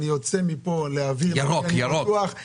אני יוצא מפה לאוויר הפתוח עם אווירה ירוקה.